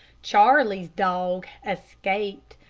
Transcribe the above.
charley's dog escaped,